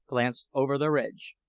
glanced over their edge.